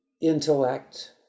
intellect